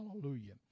Hallelujah